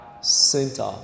center